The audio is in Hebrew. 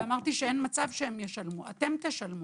אמרתי שאין מצב שהם ישלמו, אתם תשלמו.